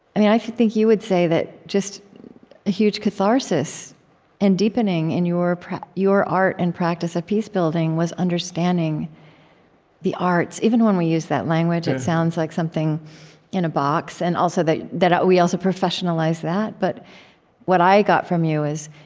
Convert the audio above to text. and yeah i think you would say that just a huge catharsis and deepening in your your art and practice of peacebuilding was understanding the arts. even when we use that language, it sounds like something in a box and that that we also professionalize that. but what i got from you was,